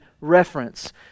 reference